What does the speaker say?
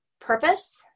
purpose